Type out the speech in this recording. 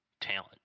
talent